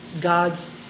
God's